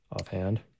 offhand